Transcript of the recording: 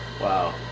Wow